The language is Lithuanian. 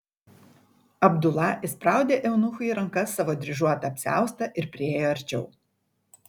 abdula įspraudė eunuchui į rankas savo dryžuotą apsiaustą ir priėjo arčiau